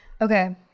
Okay